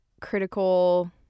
critical